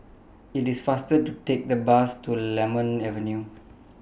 IT IS faster to Take The Bus to Lemon Avenue